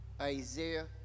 Isaiah